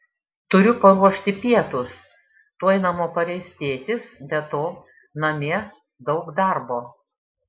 turiu paruošti pietus tuoj namo pareis tėtis be to namie daug darbo